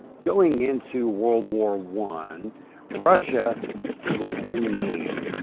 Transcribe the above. going into world war one russia was in need.